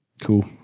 Cool